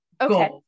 Okay